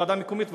ועדה מקומית,